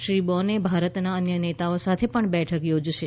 શ્રી બોન ભારતના અન્ય નેતાઓ સાથે પણ બેઠક યોજશે